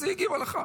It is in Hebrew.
אז היא הגיבה לך.